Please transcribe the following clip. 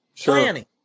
planning